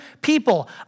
people